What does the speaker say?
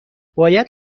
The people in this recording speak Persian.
باید